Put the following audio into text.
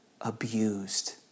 abused